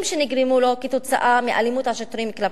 שנגרמו לו כתוצאה מאלימות השוטרים כלפיו.